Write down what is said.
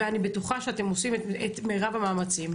ואני בטוחה שאתם עושים את מירב המאמצים.